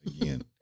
again